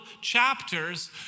chapters